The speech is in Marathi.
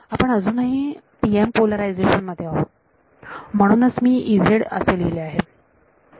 आपण अजूनही TM पोलरायझेशन मध्ये आहोत म्हणूनच मी असे लिहिले आहे